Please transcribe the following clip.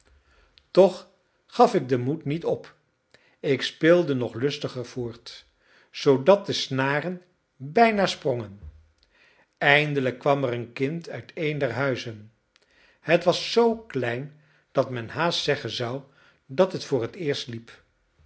toch gaf ik den moed niet op ik speelde nog lustiger voort zoodat de snaren bijna sprongen eindelijk kwam er een kind uit een der huizen het was zoo klein dat men haast zeggen zou dat het voor t eerst liep